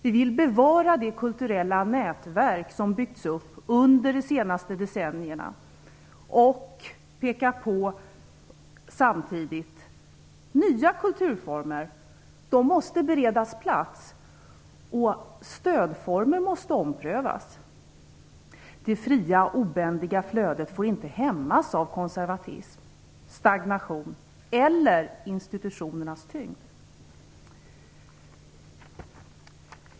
Vi vill bevara det kulturella nätverk som byggts upp under de senaste decennierna och samtidigt peka på nya kulturformer. De måste beredas plats och stödformer måste omprövas. Det fria obändiga flödet får inte hämmas av konservatism, stagnation eller institutionernas tyngd.